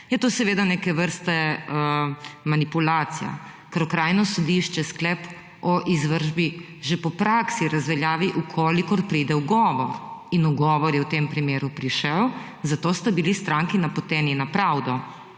je to seveda neke vrste manipulacija, ker okrajno sodišče sklep o izvršbi že po praksi razveljavi, v kolikor pride ugovor in ugovor je v tem primeru prišel, zato sta bili stranki napoteni na pravdo,